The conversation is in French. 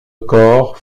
corps